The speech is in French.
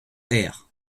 air